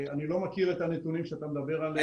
אני לא מכיר את הנתונים שאתה מדבר עליהם.